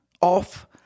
off